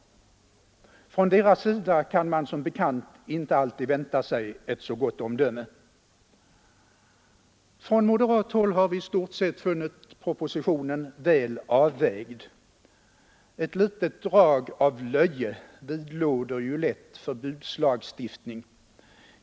Från deras sida kan man som bekant inte alltid vänta sig ett så gott omdöme. Från moderat håll har vi i stort sett funnit propositionen väl avvägd. Ett litet drag av löje vidlåder ju all förbudslagstiftning.